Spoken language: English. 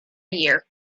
year